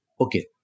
okay